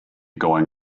going